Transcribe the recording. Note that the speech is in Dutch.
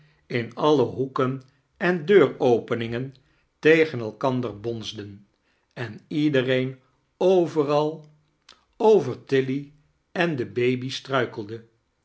in alle hoeken en deuropemingen tegen elkander bonsdm em iedereen overal over tilly em de baby sfcruikelde